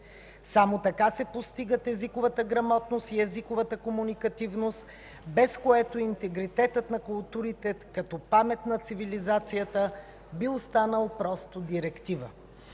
Само така се постигат езиковата грамотност и езиковата комуникативност, без което интегритетът на културите като памет на цивилизацията би останал просто директива.